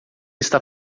está